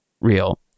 real